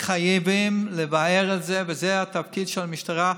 חייבים לבער את זה וזה התפקיד של המשטרה,